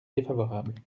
défavorable